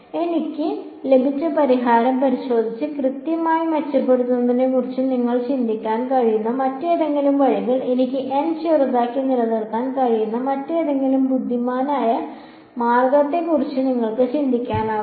എനിക്ക് ലഭിച്ച പരിഹാരം പരിശോധിച്ച് കൃത്യത മെച്ചപ്പെടുത്തുന്നതിനെക്കുറിച്ച് നിങ്ങൾക്ക് ചിന്തിക്കാൻ കഴിയുന്ന മറ്റേതെങ്കിലും വഴികൾ എനിക്ക് n ചെറുതാക്കി നിലനിർത്താൻ കഴിയുന്ന മറ്റെന്തെങ്കിലും ബുദ്ധിമാനായ മാർഗത്തെക്കുറിച്ച് നിങ്ങൾക്ക് ചിന്തിക്കാനാകുമോ